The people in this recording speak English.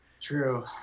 True